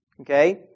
Okay